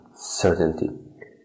Certainty